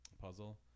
puzzle